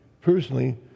personally